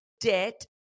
debt